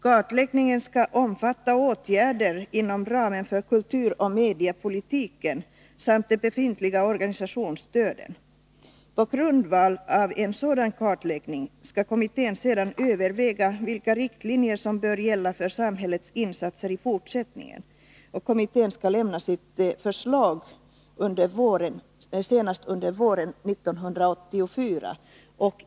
Kartläggningen skall omfatta åtgärder inom ramen för kulturoch mediapolitiken samt de befintliga organisationsstöden. På grundval av en sådan kartläggning skall kommittén sedan överväga vilka riktlinjer som bör gälla för samhällets insatser i fortsättningen. Kommittén skall lämna förslag senast under våren 1984.